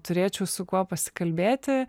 turėčiau su kuo pasikalbėti